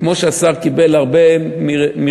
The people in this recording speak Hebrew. כמו שהשר קיבל הרבה מרצוננו,